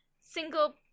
single